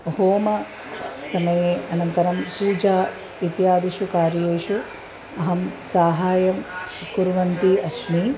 होमसमये अनन्तरं पूजा इत्यादिषु कार्येषु अहं साहाय्यं कुर्वन्ती अस्मि